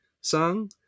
song